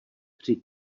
tři